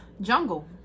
Jungle